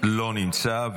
לא נמצא.